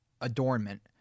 adornment